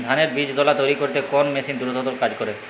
ধানের বীজতলা তৈরি করতে কোন মেশিন দ্রুততর কাজ করে?